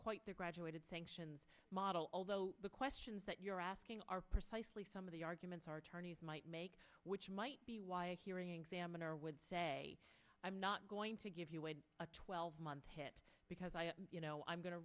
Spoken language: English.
quite the graduated sanctions model although the questions that you're asking are precisely some of the arguments our attorneys might make which might be why a hearing examiner would say i'm not going to give you a twelve month hit because i you know i'm going to